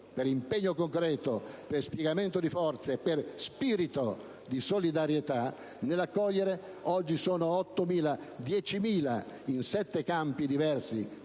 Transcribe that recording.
per impegno concreto, per spiegamento di forze e per spirito di solidarietà nell'accoglienza. Oggi i profughi sono 10.000, in sette campi diversi,